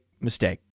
mistake